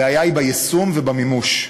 הבעיה היא ביישום ובמימוש.